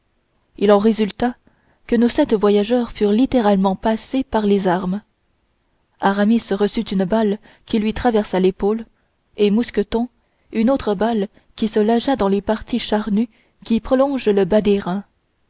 il en résulta que nos sept voyageurs furent littéralement passés par les armes aramis reçut une balle qui lui traversa l'épaule et mousqueton une autre balle qui se logea dans les parties charnues qui prolongent le bas des